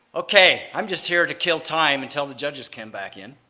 okay, i'm just here to kill time until the judges came back in,